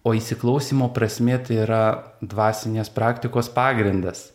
o įsiklausymo prasmė tai yra dvasinės praktikos pagrindas